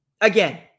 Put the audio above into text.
Again